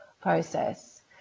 process